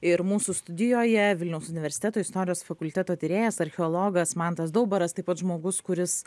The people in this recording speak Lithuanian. ir mūsų studijoje vilniaus universiteto istorijos fakulteto tyrėjas archeologas mantas daubaras taip pat žmogus kuris